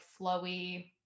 flowy